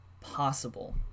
possible